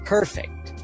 Perfect